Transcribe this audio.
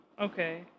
Okay